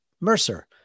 Mercer